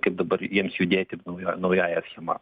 kaip dabar ims judėti nauja naująja sistema